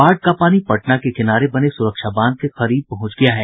बाढ़ का पानी पटना के किनारे बने सुरक्षा बांध के करीब पहुंच गया है